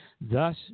Thus